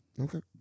Okay